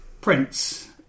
Prince